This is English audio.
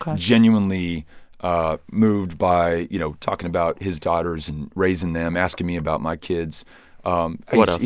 um genuinely ah moved by, you know, talking about his daughters and raising them, asking me about my kids um what else?